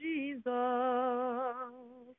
Jesus